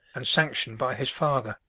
and sanctioned by his father.